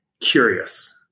curious